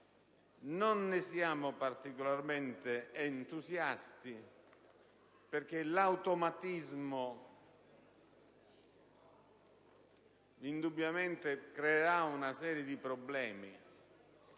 Non ne siamo particolarmente entusiasti, perché l'automatismo creerà indubbiamente una serie di problemi